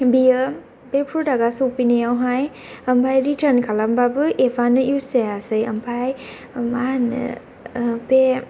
बेयो बे प्रडाक्ट या सफैनायावहाय ओमफ्राय रिटार्न खालामबाबो एप यानो इयुस जायासै ओमफ्राय मा होनो बे